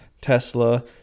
Tesla